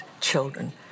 children